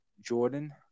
Jordan